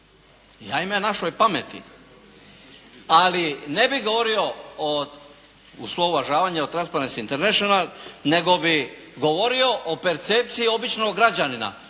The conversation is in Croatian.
ajme našoj pameti. Ali ne bih govorio o, u svo uvažavanje o "Transparency International", nego bi govorio o percepciji običnog građanina,